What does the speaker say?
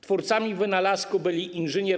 Twórcami wynalazku byli inż.